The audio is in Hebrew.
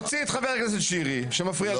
תוציא את חבר הכנסת שירי שמפריע לי.